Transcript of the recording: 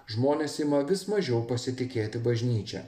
žmonės ima vis mažiau pasitikėti bažnyčia